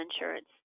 insurance